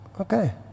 okay